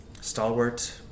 stalwart